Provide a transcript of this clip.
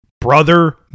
Brother